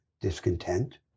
discontent